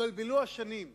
התבלבלו בספירת השנים.